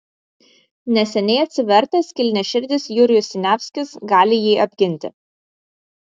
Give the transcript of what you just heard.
neseniai atsivertęs kilniaširdis jurijus siniavskis gali jį apginti